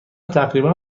تقریبا